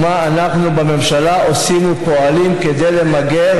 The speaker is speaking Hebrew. ומה אנחנו בממשלה עושים ופועלים כדי למגר